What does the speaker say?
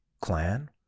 clan